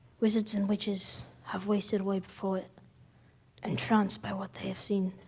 wizards and witches have wasted away before it entranced by what they have seen.